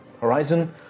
Horizon